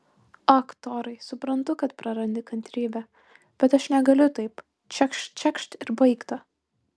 ak torai suprantu kad prarandi kantrybę bet aš negaliu taip čekšt čekšt ir baigta